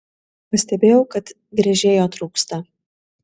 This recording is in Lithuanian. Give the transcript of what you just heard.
pastebėjau kad gręžėjo trūksta